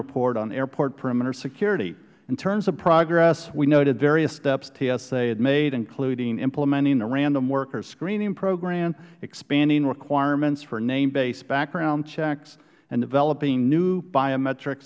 report on airport perimeter security in terms of progress we noted various steps tsa had made including implementing the random worker screening program expanding requirements for namebased background checks and developing new biometric